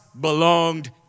belonged